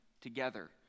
together